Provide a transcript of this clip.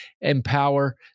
empower